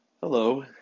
Hello